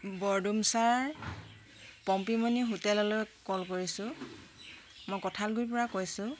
বৰদুমচাৰ পম্পীমণি হোটেললৈ কল কৰিছোঁ মই কঁঠালগুৰিৰ পৰা কৈছোঁ